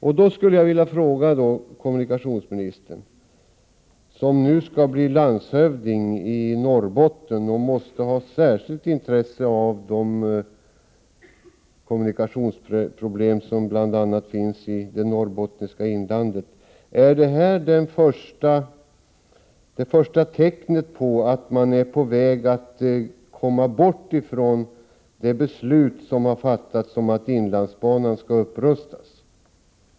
Jag skulle vilja ställa en fråga till kommunikationsministern, som nu skall bli landshövding i Norrbotten och därför måste ha särskilt intresse av de kommunikationsproblem som finns bl.a. i Norrbottens inland: Är detta det första tecknet på att SJ är på väg bort från det beslut som har fattats om att inlandsbanan skall upprustas?